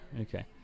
Okay